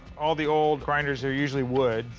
all the old grinders are usually wood.